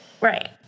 Right